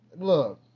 Look